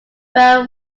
bell